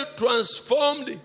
transformed